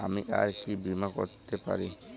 আমি আর কি বীমা করাতে পারি?